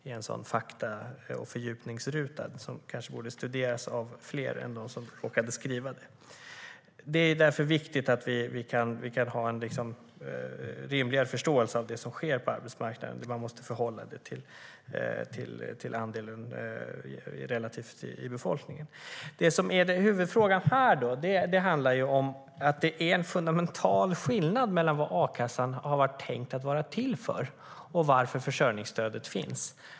Det står i en fakta och fördjupningsruta som kanske borde studeras av fler än dem som råkade skriva den. Det är därför viktigt att vi kan ha en rimligare förståelse av det som sker på arbetsmarknaden. Man måste sätta det i relation till befolkningens storlek. Huvudfrågan här handlar om att det är en fundamental skillnad mellan vad a-kassan har varit tänkt att vara till för och varför försörjningsstödet finns.